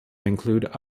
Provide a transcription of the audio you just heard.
include